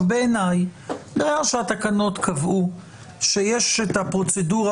בעיניי ברגע שהתקנות קבעו שיש את הפרוצדורה